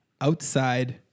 outside